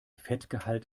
fettgehalt